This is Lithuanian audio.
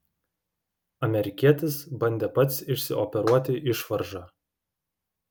amerikietis bandė pats išsioperuoti išvaržą